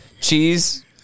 cheese